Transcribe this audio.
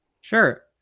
Sure